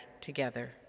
together